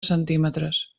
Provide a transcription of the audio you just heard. centímetres